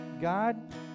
God